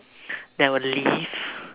then I will leave